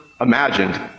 imagined